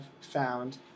found